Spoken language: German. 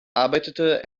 arbeitete